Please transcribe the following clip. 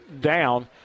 down